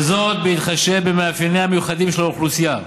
וזאת בהתחשב במאפייניה המיוחדים של האוכלוסייה,